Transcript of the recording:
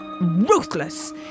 Ruthless